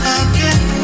again